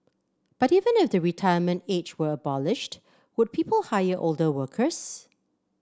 but even if the retirement age were abolished would people hire older workers